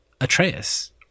Atreus